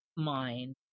mind